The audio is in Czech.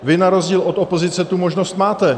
Vy na rozdíl od opozice tu možnost máte.